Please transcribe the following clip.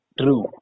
True